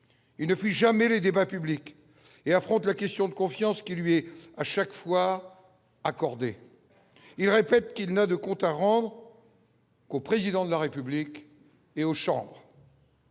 il ne fut jamais les débats publics et affronte la question de confiance qui lui est à chaque fois accordé, il répète qu'il n'a de compte à rendre qu'au président de la République et aux chambres.